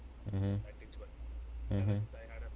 mmhmm mmhmm